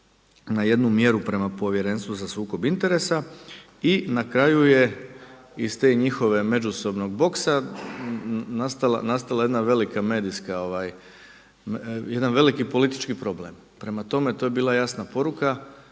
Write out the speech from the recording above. na jednu mjeru prema Povjerenstvu za sukob interesa. I na kraju je iz tog njihovog međusobnog boksa nastala jedna velika medijska, jedan veliki politički problem. Prema tome to je bila jasna poruka